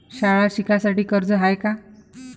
शाळा शिकासाठी कर्ज हाय का?